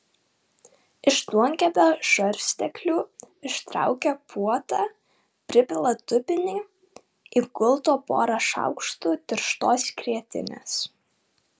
iš duonkepio žarstekliu ištraukia puodą pripila dubenį įguldo porą šaukštų tirštos grietinės